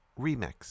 Remix